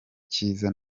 cyiza